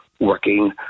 working